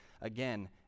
again